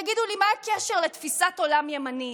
תגידו לי, מה באשר לתפיסת עולם ימנית?